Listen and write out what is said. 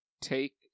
take